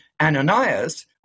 Ananias